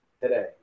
today